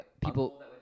people